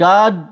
God